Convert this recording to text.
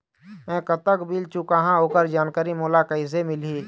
मैं कतक बिल चुकाहां ओकर जानकारी मोला कइसे मिलही?